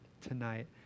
tonight